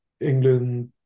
England